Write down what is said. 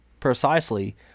precisely